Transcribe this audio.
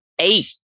eight